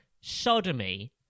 sodomy